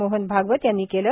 मोहन भागवत यांनी केल